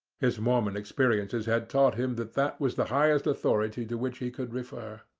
his mormon experiences had taught him that that was the highest authority to which he could refer.